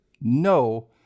no